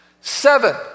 Seven